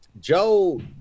Joe